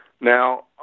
Now